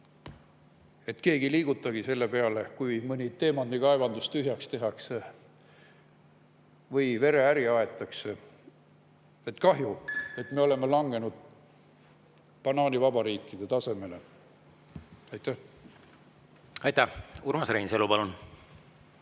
kus keegi ei liigutagi selle peale, kui mõni teemandikaevandus tühjaks tehakse või vereäri aetakse. Kahju, et me oleme langenud banaanivabariikide tasemele. Aitäh! Aitäh! Urmas Reinsalu, palun!